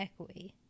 echoey